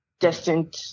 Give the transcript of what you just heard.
destined